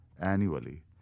annually